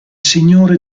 signore